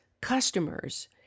customers